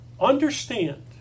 Understand